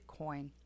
Bitcoin